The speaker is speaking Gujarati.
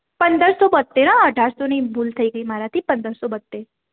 પંદરસો બોંતેર હોં અઢારસો નહીં ભૂલ થઈ ગઈ મારાથી પંદરસો બોંતેર